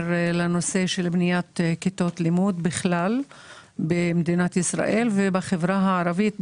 לנושא של בניית כיתות לימוד בכלל וגם בחברה הערבית.